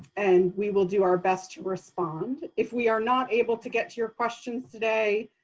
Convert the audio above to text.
and we will do our best to respond. if we are not able to get to your questions today,